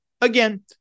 Again